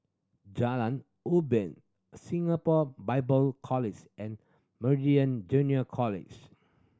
Jalan Ubin Singapore Bible and Junior College